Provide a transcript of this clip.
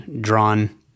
drawn